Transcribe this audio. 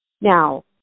Now